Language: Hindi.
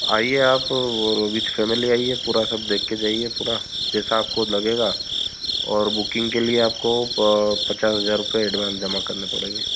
आइए आप वह विथ फैमली आइए पूरा सब देखकर जाइए पूरा जैसा आपको लगेगा और बुकिन्ग के लिए आपको पचास हज़ार रुपये एडवान्स जमा करने पड़ेंगे